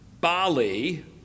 Bali